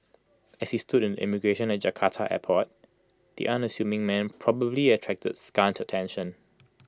as he stood in the immigration line at Jakarta airport the unassuming man probably attracted scant attention